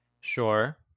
sure